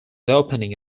opening